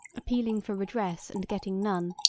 appealing for redress, and getting none,